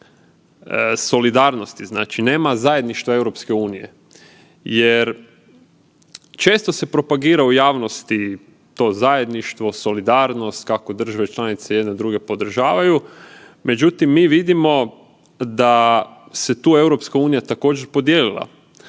solidarnosti, znači nema zajedničtva EU, jer često se propagira u javnosti to zajedništvo, solidarnost, kako države članice jedne druge podržavaju. Međutim, mi vidimo da se tu EU također podijelila.